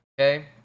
okay